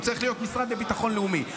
הוא צריך להיות המשרד לביטחון לאומי.